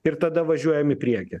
ir tada važiuojam į priekį